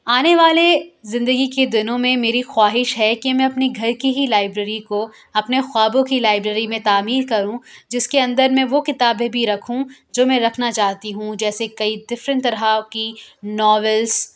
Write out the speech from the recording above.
آنے والے زندگی کے دنوں میں میری خواہش ہے کہ میں اپنے گھر کی ہی لائبریری کو اپنے خوابوں کی لائبریری میں تعمیر کروں جس کے اندر میں وہ کتابیں بھی رکھوں جو میں رکھنا چاہتی ہوں جیسے کئی ڈفرنٹ طرح کی ناولس